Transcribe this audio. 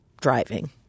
driving